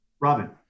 robin